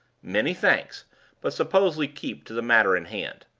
many thanks but suppose we keep to the matter in hand.